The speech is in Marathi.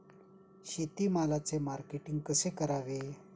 शेतमालाचे मार्केटिंग कसे करावे?